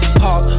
park